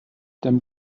them